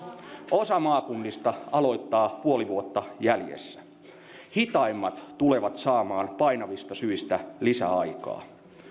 osa maakunnista aloittaa puoli vuotta jäljessä hitaimmat tulevat saamaan painavista syistä lisäaikaa